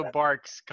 barks